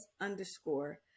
underscore